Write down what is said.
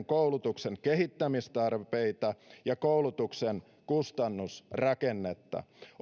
koulutuksen kehittämistarpeita ja koulutuksen kustannusrakennetta